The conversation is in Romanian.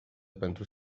pentru